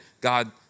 God